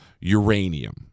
uranium